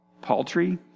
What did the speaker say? paltry